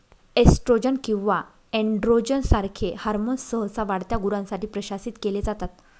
oestrogen किंवा androgen सारखे hormones सहसा वाढत्या गुरांसाठी प्रशासित केले जातात